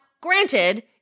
granted